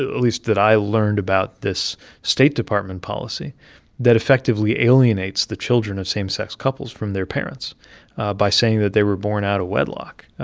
ah at least that i learned about this state department policy that effectively alienates the children of same-sex couples from their parents by saying that they were born out of wedlock,